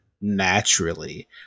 naturally